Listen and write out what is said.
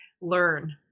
learn